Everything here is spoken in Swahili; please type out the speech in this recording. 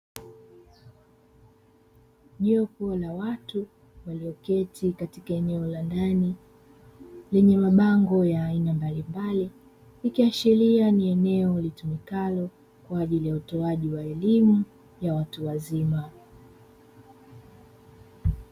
Jopo la watu walioketi katika eneo la ndani lenye mabango ya aina mbalimbali, likiashiria ni eneo litumikalo kwa ajili ya utoaji wa elimu ya watu wazima.